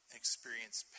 experience